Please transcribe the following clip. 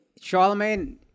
Charlemagne